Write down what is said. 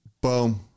Boom